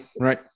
right